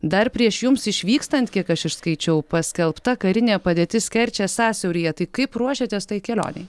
dar prieš jums išvykstant kiek aš išskaičiau paskelbta karinė padėtis kerčės sąsiauryje tai kaip ruošėtės tai kelionei